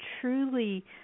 truly